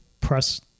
press